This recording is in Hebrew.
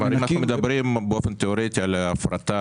אנחנו מדברים באופן תיאורטי על הפרטה